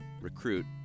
recruit